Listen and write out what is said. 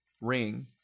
Ring